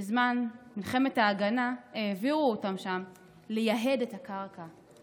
בזמן מלחמת ההגנה העבירו אותם לשם לייהד את הקרקע,